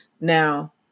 Now